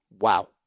Wow